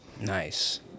Nice